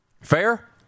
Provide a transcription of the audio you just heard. Fair